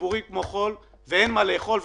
דיבורים כמו חול ואין מה לאכול.